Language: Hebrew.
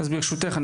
אז ברשותך,